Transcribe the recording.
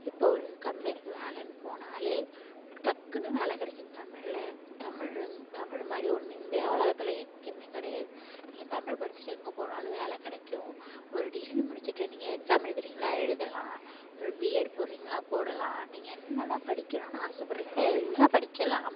இப்போது ஒரு கம்பேனிக்கு வேலைன் போனாலே டக்குனு வேலை கிடைக்கும் தமிழில் தமிழுன் தமிழ் மாதிரி ஒன்று இந்த உலகத்துல எங்கேயுமே கிடையாது நீங்கள் தமிழ் படித்துட்டு எங்கே போனாலும் வேலை கிடைக்கும் ஒரு டிகிரி முடித்துட்டு நீங்கள் எக்ஸாம் எழுதறிங்களா எழுதலாம் ஒரு பிஎட் போடுகிறிங்களா போடலாம் நீங்கள் என்னலாம் படிக்கணுன்னு ஆசைப்படுறிங்களோ எல்லாம் படிக்கலாம்